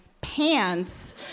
pants